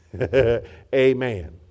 Amen